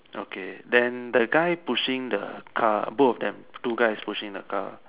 okay then the guy pushing the car both of them two guys pushing the car